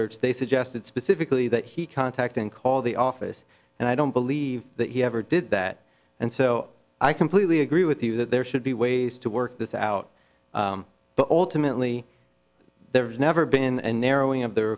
search they suggested specifically that he contact and call the office and i don't believe that he ever did that and so i completely agree with you that there should be ways to work this out but ultimately there has never been and narrowing of the